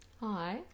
Hi